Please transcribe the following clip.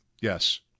Yes